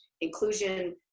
inclusion